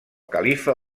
califa